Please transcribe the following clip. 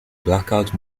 blackout